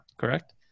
correct